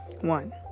One